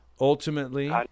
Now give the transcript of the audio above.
ultimately